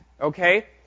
okay